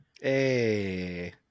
Hey